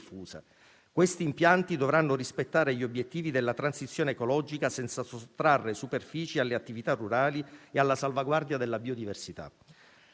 Questi impianti dovranno rispettare gli obiettivi della transizione ecologica senza sottrarre superfici alle attività rurali e alla salvaguardia della biodiversità.